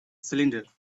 cylinder